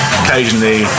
occasionally